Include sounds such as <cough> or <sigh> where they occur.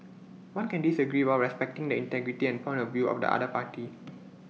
one can disagree while respecting the integrity and point of view of the other party <noise>